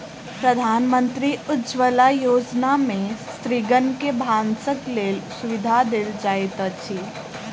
प्रधानमंत्री उज्ज्वला योजना में स्त्रीगण के भानसक लेल सुविधा देल जाइत अछि